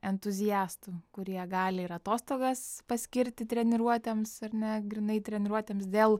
entuziastų kurie gali ir atostogas paskirti treniruotėms ar ne grynai treniruotėms dėl